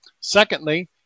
Secondly